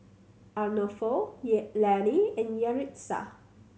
Arnulfo Lanie and Yaritza